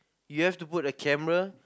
you have to put a camera